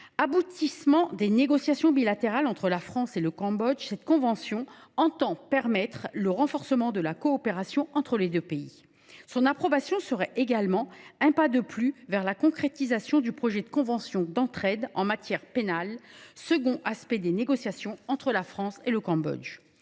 Aboutissement des négociations bilatérales entre la France et le Cambodge, cette convention entend permettre le renforcement de la coopération entre les deux pays. Son approbation serait également un pas de plus vers la concrétisation du projet de convention d’entraide en matière pénale, second aspect des négociations entre la France et le Cambodge.